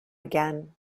again